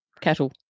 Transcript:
Cattle